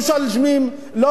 לא משלמים מסים.